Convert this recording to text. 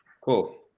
cool